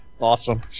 Awesome